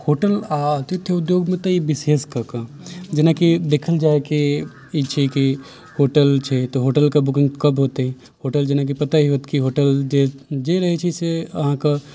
hotel आओर आतिथ्य उद्योगमे तऽ ई विशेष कऽ के जेनाकि देखल जाय कि ई छै कि होटल छै तऽ होटलके बुकिङ्ग कब होयत होटल जेनाकि पता ही होयत कि होटल जे रहैत छै से अहाँकेँ